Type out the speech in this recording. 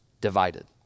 divided